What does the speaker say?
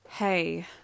Hey